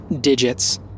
digits